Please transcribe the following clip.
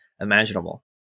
imaginable